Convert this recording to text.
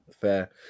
Fair